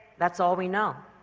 that's all we know.